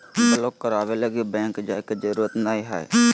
block कराबे लगी bank जाय के जरूरत नयय हइ